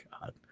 god